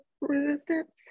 resistance